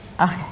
Okay